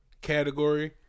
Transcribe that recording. category